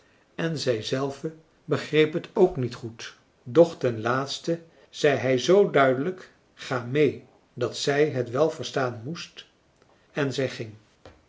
en zij zelve begreep het ook niet goed doch ten laatste zei hij z duidelijk ga mee dat zij het wel verstaan moest en